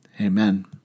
Amen